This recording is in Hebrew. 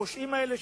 הפושעים האלה,